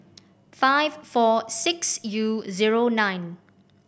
five four six U zero nine